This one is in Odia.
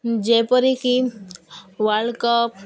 ଯେପରିକି ୱାଲ୍ଡ କପ୍